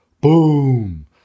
boom